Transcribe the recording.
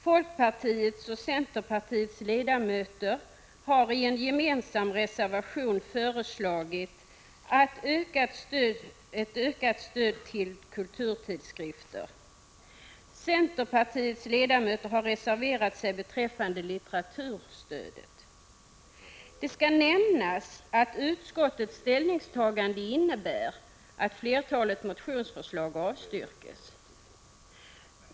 Folkpartiets och centerpartiets ledamöter har i en gemensam reservation föreslagit ett ökat stöd till kulturtidskrifter. Centerpartiets ledamöter har reserverat sig beträffande litteraturstödet. Det skall nämnas att utskottets ställningstagande innebär att flertalet motionsförslag avstyrks.